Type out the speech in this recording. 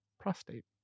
Prostate